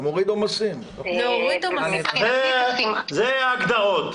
זה ההגדרות.